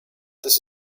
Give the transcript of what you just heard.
this